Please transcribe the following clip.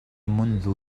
منذ